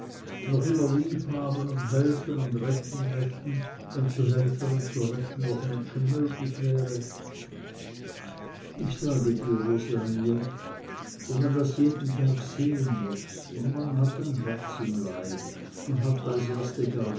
noch liebhaben und helfen und retten möchten wenn zu helfen und zu retten noch menschenmöglich wäre ich sage dir rosalie wenn man das jeden tag sehen muß un man hat ein herz im leibe un hat